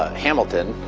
ah hamilton,